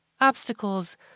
Obstacles